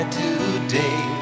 today